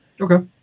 Okay